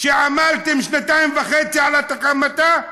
שעמלתם שנתיים וחצי על הקמתה?